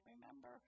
remember